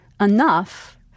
enough